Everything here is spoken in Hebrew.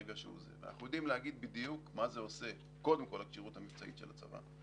ואנחנו יודעים להגיד בדיוק מה זה עושה קודם כל לכשירות המבצעית של הצבא.